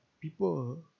people